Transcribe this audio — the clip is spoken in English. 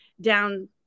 down